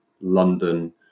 London